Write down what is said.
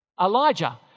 Elijah